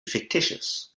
fictitious